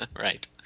Right